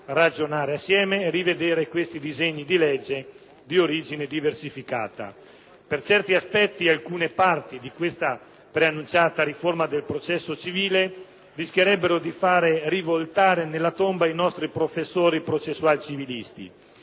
Per certi aspetti alcune parti di questa preannunciata riforma del processo civile rischierebbero di fare rivoltare nella tomba i nostri professori processual-civilisti.